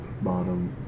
bottom